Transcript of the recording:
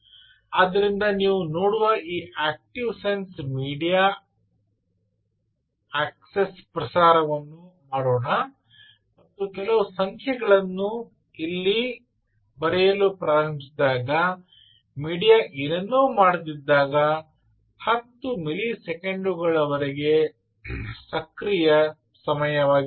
ಆದ್ದರಿಂದ ನೀವು ನೋಡುವ ಈ active sense access media access ಪ್ರಸಾರವನ್ನು ಮಾಡೋಣ ಮತ್ತು ಕೆಲವು ಸಂಖ್ಯೆಗಳನ್ನು ಇಲ್ಲಿ ಬರೆಯಲು ಪ್ರಾರಂಭಿಸಿದಾಗ ಮೀಡಿಯಾ ಏನನ್ನೂ ಮಾಡದಿದ್ದಾಗ 10 ಮಿಲಿಸೆಕೆಂಡುಗಳವರೆಗೆ ಸಕ್ರಿಯ ಸಮಯವಾಗಿರುತ್ತದೆ